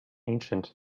ancient